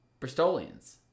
Bristolians